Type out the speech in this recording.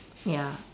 ya